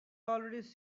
already